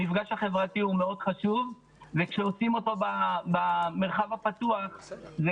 המפגש החברתי הוא מאוד חשוב וכשעושים אותו במרחב הפתוח זה